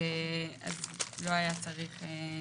אז לא היה צריך.